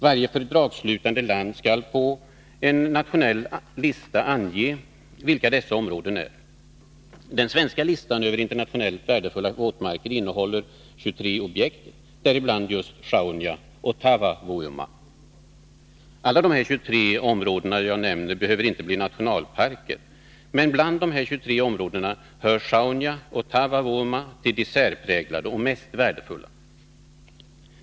Varje fördragsslutande land skall på en nationell lista ange vilka dessa områden är. Den svenska listan över internationellt värdefulla våtmarker innehåller 23 objekt, däribland just Sjaunja och Taavavuoma. Alla dessa 23 områden behöver inte bli nationalparker, men bland de 23 områdena hör Sjaunja och Taavavuoma till de särpräglade och mest värdefulla.